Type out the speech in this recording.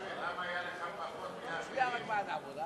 ההצעה להעביר את